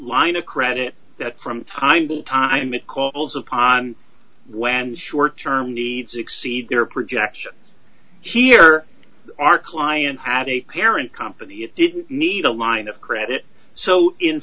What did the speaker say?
line of credit that from time to time it calls upon when short term needs exceed their projections here our client had a parent company it didn't need a line of credit so in